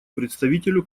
представителю